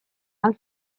ahal